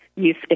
use